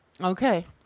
Okay